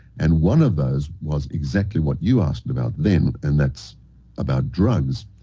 and one of those was exactly what you asked about then and that's about drugs,